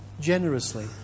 generously